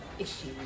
issue